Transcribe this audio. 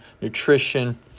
nutrition